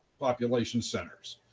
population centers.